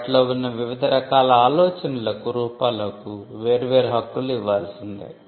వాటిలో ఉన్న వివిధ రకాల ఆలోచనలకు రూపాలకు వేర్వేరు హక్కులు ఇవ్వాల్సిందే